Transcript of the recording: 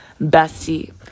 bestie